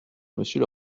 monsieur